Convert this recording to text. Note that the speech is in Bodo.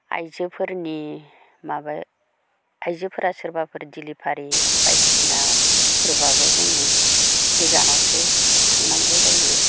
आइजोफोरनि माबा आइजोफोरा सोरबाफोर डिलिभारि बायदिसिनाफोरबाबो जोङो गोजानावसो थांनांगौ जायो